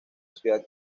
ciudad